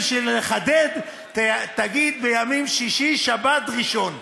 כדי לחדד, תגיד: בימים שישי, שבת, ראשון.